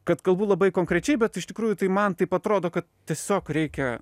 kad kalbu labai konkrečiai bet iš tikrųjų tai man taip atrodo tiesiog reikia